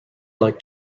like